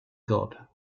god